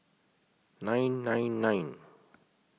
nine nine nine